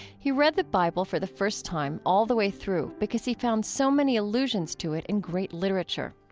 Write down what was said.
he read the bible for the first time all the way through because he found so many allusions to it in great literature.